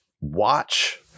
watch